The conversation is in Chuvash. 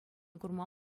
курма